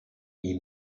ihm